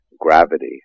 gravity